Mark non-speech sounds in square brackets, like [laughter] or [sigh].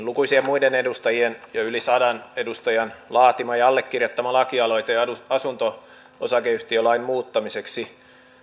[unintelligible] lukuisien muiden edustajien yli sadan edustajan laatima ja allekirjoittama lakialoite asunto osakeyhtiölain muuttamiseksi